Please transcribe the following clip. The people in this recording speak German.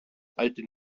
alte